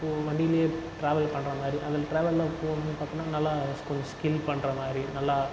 வண்டிலேயே travel பண்ணுற மாதிரி அதில் ட்ராவலில் போகணும் பார்த்தினா நல்லா கொஞ்சோ ஸ்கில் பண்ணுற மாதிரி நல்லா